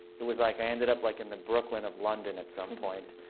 it was like i ended up like in the brooklyn of london at some point.